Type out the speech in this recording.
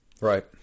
Right